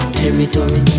territory